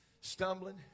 stumbling